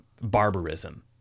barbarism